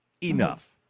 enough